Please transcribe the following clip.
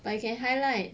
but you can highlight